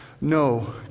No